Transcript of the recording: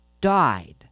died